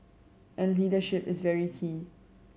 and leadership is very key